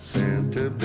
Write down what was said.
Santa